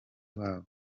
babo